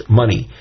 money